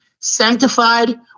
sanctified